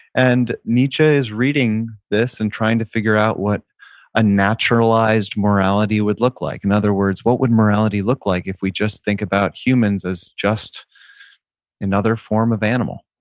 and nietzsche is reading this and trying to figure out what a naturalized morality would look like. in other words, what would morality look like if we just think about humans as just another form of animal?